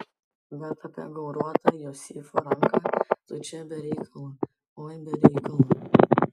bet apie gauruotą josifo ranką tu čia be reikalo oi be reikalo